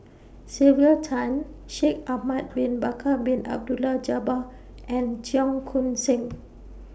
Sylvia Tan Shaikh Ahmad Bin Bakar Bin Abdullah Jabbar and Cheong Koon Seng